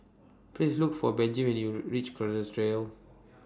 Please Look For Benji when YOU REACH Kerrisdale